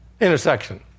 intersection